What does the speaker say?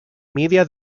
media